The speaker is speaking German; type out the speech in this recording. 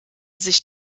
sich